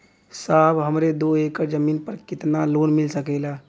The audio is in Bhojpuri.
साहब हमरे दो एकड़ जमीन पर कितनालोन मिल सकेला?